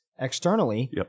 externally